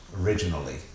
originally